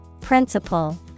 Principle